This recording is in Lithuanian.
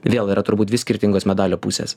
vėl yra turbūt dvi skirtingos medalio pusės